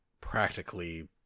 practically